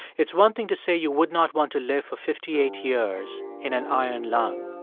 it's one thing to say you would not want to live for fifty eight years in an iron lung,